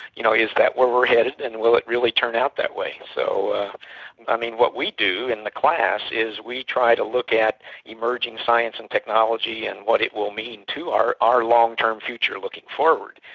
you know, is that where where headed and will it really turn out that way? so ah what we do in the class is we try to look at emerging science and technology and what it will mean to our our long-term future looking forward.